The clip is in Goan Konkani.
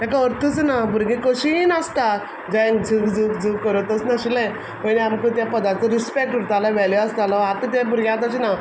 ताका अर्थूच ना भुरगीं कशींय नाचता जय झूग झूग झूग करून तशें नाशिल्लें पयलें आमकां ते पदांचो रिस्पेक्ट उरतालो वेल्यू आसतालो आत तें भुरग्यांक तशें ना